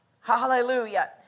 Hallelujah